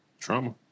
Trauma